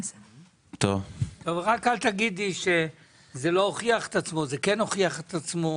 רק אל תגידי שזה לא הוכיח את עצמו או כן הוכיח את עצמו.